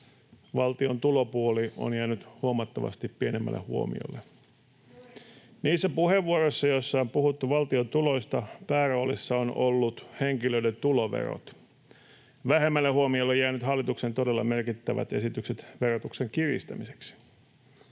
valtion tulopuoli on jäänyt huomattavasti pienemmälle huomiolle. Niissä puheenvuoroissa, joissa on puhuttu valtion tuloista, pääroolissa ovat olleet henkilöiden tuloverot. Vähemmälle huomiolle ovat jääneet hallituksen todella merkittävät esitykset verotuksen kiristämiseksi.